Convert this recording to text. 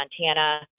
Montana